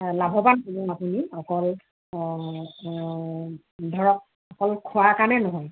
লাভৱান হ'ব আপুনি অকল ধৰক অকল খোৱাৰ কাৰণেই নহয়